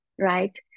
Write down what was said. right